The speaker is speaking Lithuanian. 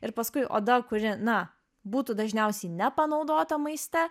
ir paskui oda kuri na būtų dažniausiai nepanaudota maiste